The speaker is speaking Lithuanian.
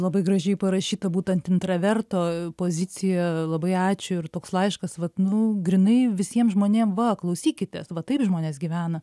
labai gražiai parašyta būtent intraverto pozicija labai ačiū ir toks laiškas vat nu grynai visiem žmonėm va klausykitės va taip žmonės gyvena